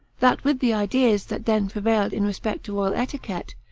that, with the ideas that then prevailed in respect to royal etiquette,